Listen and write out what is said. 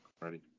Ready